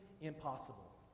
impossible